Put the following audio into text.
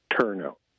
turnout